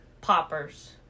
Poppers